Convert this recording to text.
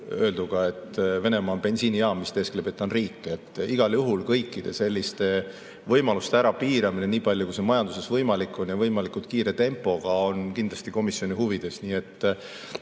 öelduga, et Venemaa on bensiinijaam, mis teeskleb, et ta on riik. Igal juhul kõikide selliste võimaluste piiramine, nii palju, kui see majanduses võimalik on, ja võimalikult kiire tempoga, on kindlasti komisjoni huvides. Mis